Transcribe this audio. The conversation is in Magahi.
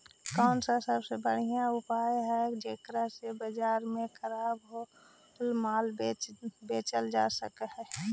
कौन सा सबसे बढ़िया उपाय हई जेकरा से बाजार में खराब होअल माल बेचल जा सक हई?